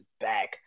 back